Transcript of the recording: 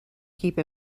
keep